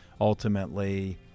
ultimately